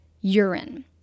urine